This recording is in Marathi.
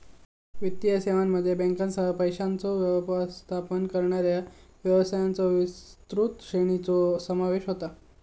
वित्तीय सेवांमध्ये बँकांसह, पैशांचो व्यवस्थापन करणाऱ्या व्यवसायांच्यो विस्तृत श्रेणीचो समावेश होता